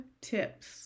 tips